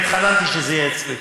אני התחננתי שזה יהיה אצלי.